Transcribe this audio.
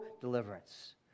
deliverance